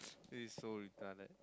this is so retarded